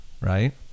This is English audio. right